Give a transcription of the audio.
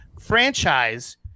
franchise